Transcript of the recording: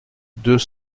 deux